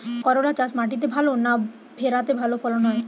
করলা চাষ মাটিতে ভালো না ভেরাতে ভালো ফলন হয়?